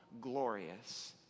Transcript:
glorious